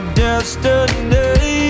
destiny